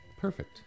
Perfect